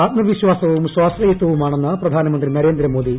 ആത്മവിശ്വാസവും സ്വാശ്രയത്വവുമാണെന്ന് പ്രധാനമന്ത്രി നരേന്ദ്രമോദി